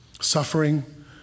Suffering